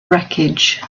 wreckage